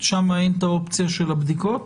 שם אין את האופציה של הבדיקות?